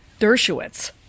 Dershowitz